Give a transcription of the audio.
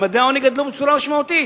ממדי העוני גדלו בצורה משמעותית,